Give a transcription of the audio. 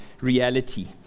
reality